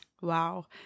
Wow